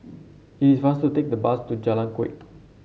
it is faster to take the bus to Jalan Kuak